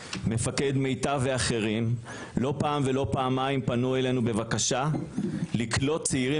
מפקד מיטב ואחרים לא פעם ולא פעמיים פנו אלינו בבקשה לקלוט צעירים